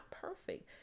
perfect